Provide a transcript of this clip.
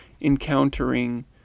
encountering